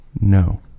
No